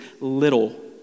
little